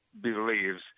believes